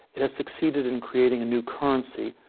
it has succeeded in creating a new currency,